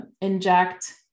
inject